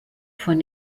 von